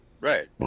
Right